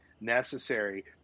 necessary